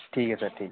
ठीक ऐ सर ठीक ऐ